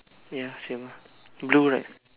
ya same ah blue right